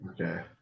Okay